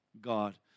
God